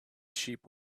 sheep